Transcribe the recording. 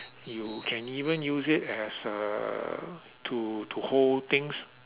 you can even use it as uh to to hold things